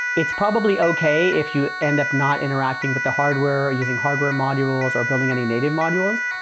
it's probably okay if you end up not interacting with the hardware or using hardware modules or building any native modules.